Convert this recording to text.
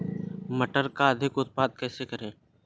मटर का अधिक उत्पादन कैसे करें?